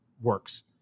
works